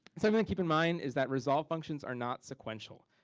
something to keep in mind is that resolve functions are not sequential.